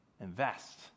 Invest